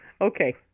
Okay